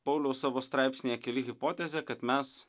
pauliau savo straipsnyje keli hipotezę kad mes